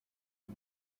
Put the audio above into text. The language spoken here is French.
nos